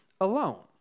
alone